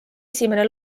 esimene